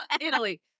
Italy